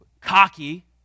cocky